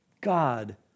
God